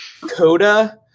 Coda